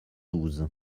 douze